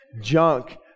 junk